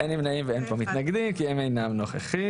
אין נמנעים ואין פה מתנגדים, כי הם אינם נוכחים.